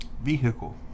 Vehicle